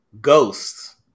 Ghosts